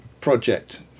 project